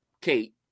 Kate